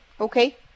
Okay